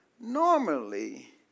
normally